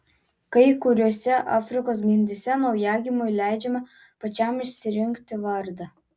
kai kuriose afrikos gentyse naujagimiui leidžiama pačiam išsirinkti vardą